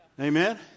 Amen